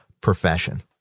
profession